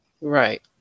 Right